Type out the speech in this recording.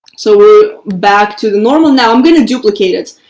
so we're back to the normal now i'm going to duplicate it,